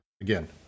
again